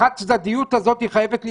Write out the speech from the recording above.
החד-צדדיות הזאת חייבת להיפסק.